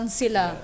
sila